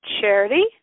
charity